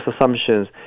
assumptions